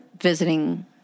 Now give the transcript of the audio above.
visiting